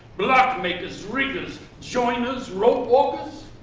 block makers, riggers, joiners, rope walkers,